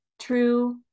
true